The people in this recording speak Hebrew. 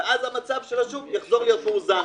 ואז המצב של השוק יחזור להיות מאוזן,